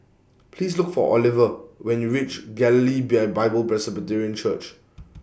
Please Look For Oliva when YOU REACH Galilee Beer Bible Presbyterian Church